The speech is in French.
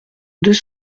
deux